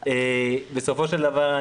בסופו של דבר,